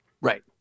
right